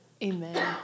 Amen